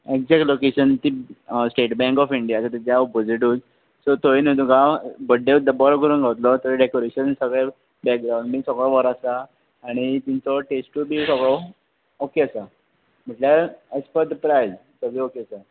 exact location ती State Bank of India आसा तेज्या ओपोजिटूच सो थंय न्हय तुका बड्डे सुद्दां बरो करूंक गावत्लो थंय डॅकोरेशन सगळें बॅग्रावण बी सगळो बरो आसा आनी तेंचो टेस्टूय बी सगळो ओके आसा म्हणल्या एज प द प्रायज सगळें ओके आसा